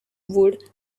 wood